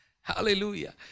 Hallelujah